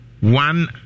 one